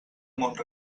mont